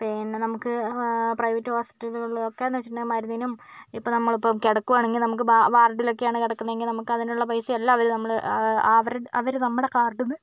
പിന്നെ നമുക്ക് ആ പ്രൈവറ്റ് ഹോസ്പിറ്റലുകളില് ഒക്കെന്ന് വെച്ചിട്ടുണ്ടെങ്കിൽ മരുന്നിനും ഇപ്പോൾ നമ്മളിപ്പം കിടക്കുവാണെങ്കില് നമുക്ക് വാർഡിലൊക്കെ ആണ് കിടക്കുന്നത് എങ്കിൽ നമുക്ക് അതിനുള്ള പൈസയും ഒക്കെ അവര് നമ്മള് ആ അവര് നമ്മുടെ കാർഡിൽ നിന്ന്